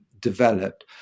developed